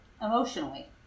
emotionally